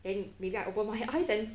then maybe I open my eyes and